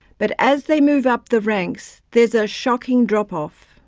but as they move up the ranks there is a shocking drop-off.